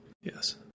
Yes